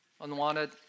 unwanted